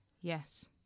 yes